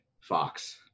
fox